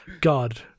God